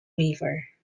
river